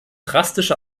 drastische